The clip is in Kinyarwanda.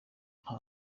nta